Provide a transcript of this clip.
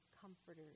comforters